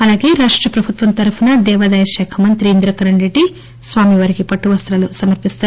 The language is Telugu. అలాగే రాష్ట ప్రభుత్వం తరపున దేవాదాయశాఖమంతి ఇంద్రకరణ్రెడ్డి స్వామివారికి పట్లువస్తాలు సమర్పిస్తారు